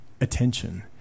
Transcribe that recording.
attention